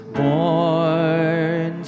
born